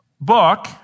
book